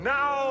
Now